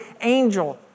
angel